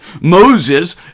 Moses